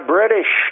British